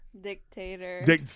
Dictator